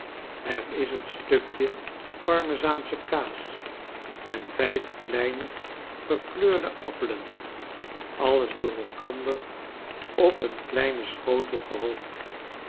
er is een stukje parmezaansehe kaas en vijf kleine verkleurde appelen alles door elkander op een kleinen schotel gehoopt